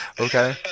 Okay